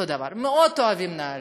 זה אותו דבר: מאוד אוהבים את נעל"ה,